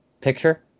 picture